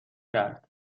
کرد